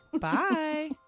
Bye